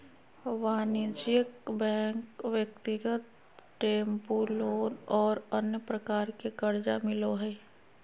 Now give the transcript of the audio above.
वाणिज्यिक बैंक ब्यक्तिगत tempo loan और अन्य प्रकार के कर्जा मिलो हइ